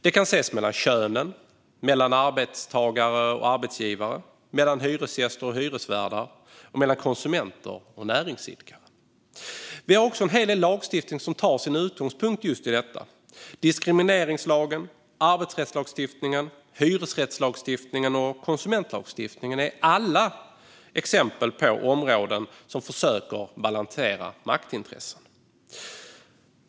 Det kan ses mellan könen, mellan arbetstagare och arbetsgivare, mellan hyresgäster och hyresvärdar och mellan konsumenter och näringsidkare. Vi har också en hel del lagstiftning som tar sin utgångspunkt i just detta. Diskrimineringslagen, arbetsrättslagstiftningen, hyresrättslagstiftningen och konsumentlagstiftningen är alla exempel på områden där man försöker balansera maktintressen.